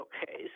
Okay